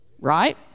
right